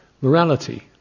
Morality